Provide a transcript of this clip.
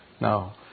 Now